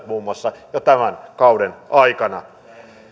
muun muassa monet kansanedustajat jo tämän kauden aikana